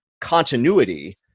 continuity